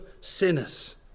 sinners